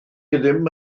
ddim